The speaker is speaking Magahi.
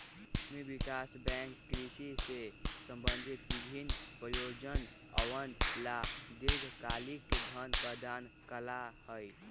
भूमि विकास बैंक कृषि से संबंधित विभिन्न परियोजनअवन ला दीर्घकालिक धन प्रदान करा हई